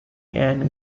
and